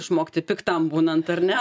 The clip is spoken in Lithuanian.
išmokti piktam būnant ar ne